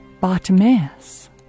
Bartimaeus